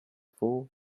fool